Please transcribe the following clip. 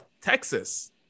Texas